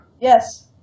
Yes